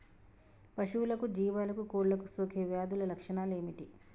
పశువులకు జీవాలకు కోళ్ళకు సోకే వ్యాధుల లక్షణాలు ఏమిటి?